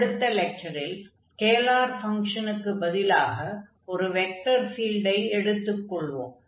அடுத்த லெக்சரில் ஸ்கேலார் ஃபங்ஷனுக்கு பதிலாக ஒரு வெக்டர் ஃபீல்டை எடுத்துக் கொள்வோம்